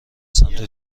سمت